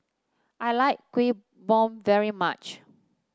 I like Kuih Bom very much